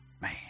Man